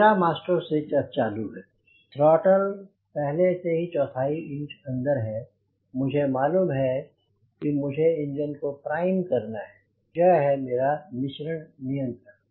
मेरा master switch अब चालू है थ्रोटल पहले से ही चौथाई इंच अंदर है मुझे मालूम है कि मुझे इंजन को प्राइम करना है यह है मेरा मिश्रण नियंत्रक